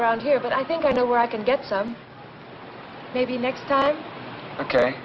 around here but i think i know where i can get some maybe next time ok